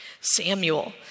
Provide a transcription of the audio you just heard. Samuel